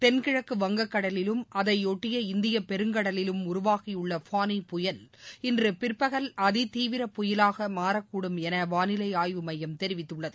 தென்கிழக்கு வங்கக்கடலிலும் அதையொட்டி இந்துபெருங்கடலிலும் உருவாகியுள்ள ஃபானி புயல் இன்று பிற்பகல் அதிதீவிர புயலாக மாறக்கூடும் என வானிலை ஆய்வு மையம் தெரிவித்துள்ளது